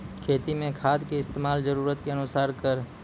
खेती मे खाद के इस्तेमाल जरूरत के अनुसार करऽ